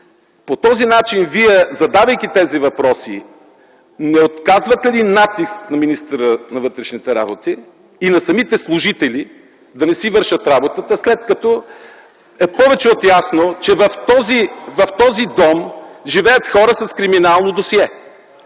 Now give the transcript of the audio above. По този начин вие, задавайки тези въпроси, не оказвате ли натиск на министъра на вътрешните работи и на самите служители да не си вършат работата, след като е повече от ясно, че в този дом живеят хора с криминално досие?